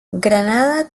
granada